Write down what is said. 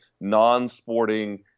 non-sporting